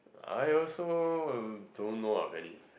I also don't know of any